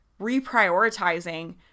reprioritizing